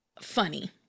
funny